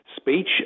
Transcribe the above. speech